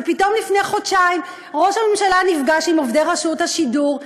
ופתאום לפני חודשיים ראש הממשלה נפגש עם עובדי רשות השידור,